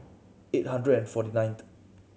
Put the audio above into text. eight hundred and forty nineth